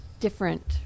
different